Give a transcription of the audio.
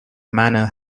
manor